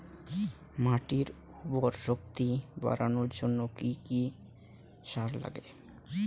মাটির উর্বর শক্তি বাড়ানোর জন্য কি কি সার লাগে?